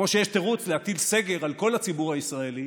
כמו שיש תירוץ להטיל סגר על כל הציבור הישראלי